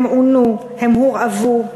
הם עונו, הם הורעבו,